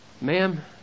ma'am